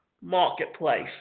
marketplace